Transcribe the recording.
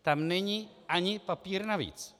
Tam není ani papír navíc.